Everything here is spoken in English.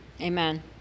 Amen